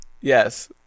Yes